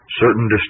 Certain